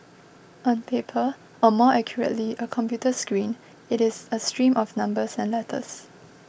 on paper or more accurately a computer screen it is a stream of numbers and letters